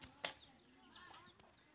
कुन माटित धानेर खेती अधिक होचे?